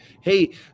hey